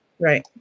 Right